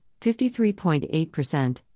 53.8%